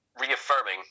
reaffirming